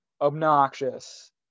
obnoxious